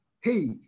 Hey